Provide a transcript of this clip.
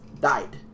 died